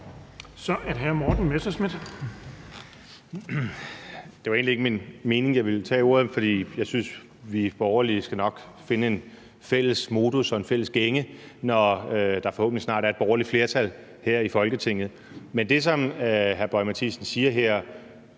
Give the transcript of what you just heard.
Kl. 15:42 Morten Messerschmidt (DF): Det var egentlig ikke min mening at tage ordet, for jeg synes, at vi borgerlige skal finde en fælles modus og fælles gænge, når der forhåbentlig snart er et borgerligt flertal her i Folketinget. Men det, hr. Lars Boje Mathiesen siger her,